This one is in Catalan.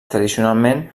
tradicionalment